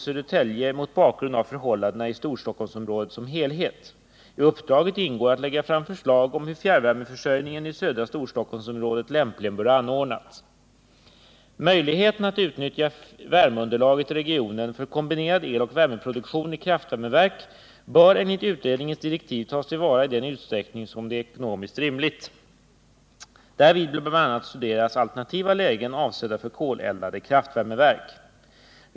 Södertälje mot bakgrund av förhållandena i Storstockholmsområdet som helhet. I uppdraget ingår att lägga fram förslag om hur fjärrvärmeförsörjningen i södra Storstockholmsområdet lämpligen bör anordnas. Möjligheterna att utnyttja värmeunderlaget i regionen för kombinerad eloch värmeproduktion i kraftvärmeverk bör enligt utredningens direktiv tas till vara i den utsträckning som det är ekonomiskt rimligt. Därvid bör bl.a. studeras alternativa lägen avsedda för koleldade kraftvärmeverk.